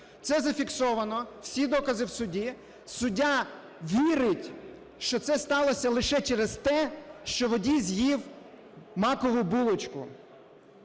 Це зафіксовано, всі докази в суді. Суддя вірить, що це сталося лише через те, що водій з'їв макову булочку.